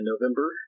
November